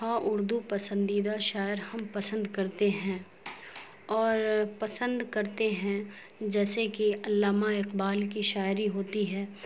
ہاں اردو پسندیدہ شاعر ہم پسند کرتے ہیں اور پسند کرتے ہیں جیسے کہ علامہ اقبال کی شاعری ہوتی ہے